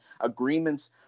agreements